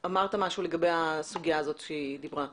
קודם אמרת משהו לגבי הסוגיה הזאת שהיא דיברה עליה.